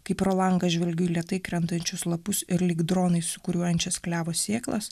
kai pro langą žvelgiu į lėtai krentančius lapus ir lyg dronai sūkuriuojančias klevo sėklas